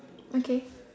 okay